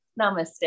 Namaste